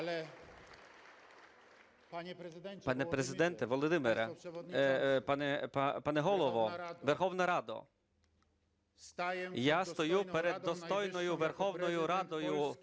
Пане Президенте Володимире! Пане Голово Верховної Ради! Я стою перед достойною Верховною Радою